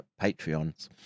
Patreons